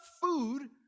food